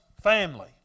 family